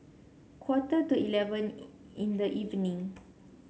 quarter to eleven in the evening